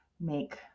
make